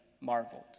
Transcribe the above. marveled